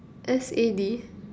S A D